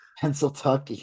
Pennsylvania